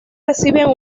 reciben